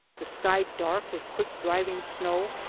the sky dark with quick driving snow,